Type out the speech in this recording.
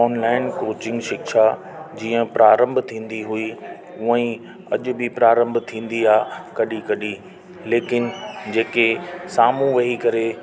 online coaching शिक्षा जीअं प्रारंभ थींदी हुई हुअंई अॼु बि प्रारंभ थींदी आहे कॾहिं कॾहिं लेकिन जेके साम्हूं वेही करे